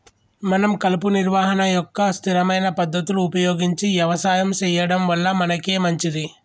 మనం కలుపు నిర్వహణ యొక్క స్థిరమైన పద్ధతులు ఉపయోగించి యవసాయం సెయ్యడం వల్ల మనకే మంచింది